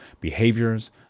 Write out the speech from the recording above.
behaviors